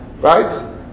Right